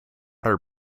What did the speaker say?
her